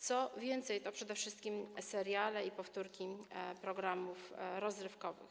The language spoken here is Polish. Co więcej, to przede wszystkim seriale i powtórki programów rozrywkowych.